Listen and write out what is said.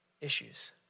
issues